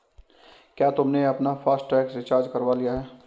क्या तुमने अपना फास्ट टैग रिचार्ज करवा लिया है?